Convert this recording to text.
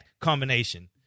combination